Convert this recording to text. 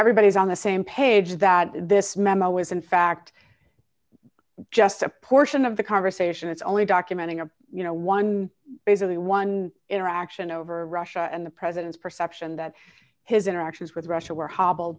everybody's on the same page that this memo was in fact just a portion of the conversation it's only documenting a you know one basically one interaction over russia and the president's perception that his interactions with russia were ho